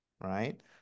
right